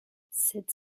cette